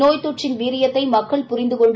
நோய் தொற்றின் வீரியத்தை மக்கள் புரிந்து கொண்டு